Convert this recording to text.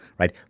right?